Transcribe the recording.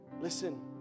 listen